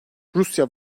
rusya